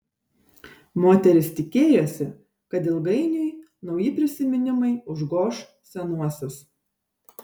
moteris tikėjosi kad ilgainiui nauji prisiminimai užgoš senuosius